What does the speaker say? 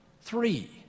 Three